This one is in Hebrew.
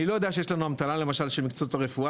אני לא יודע שיש לנו המתנה למשל של מקצועות הרפואה